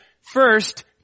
First